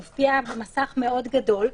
הוא מופיע במסך מאוד גדול,